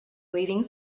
leading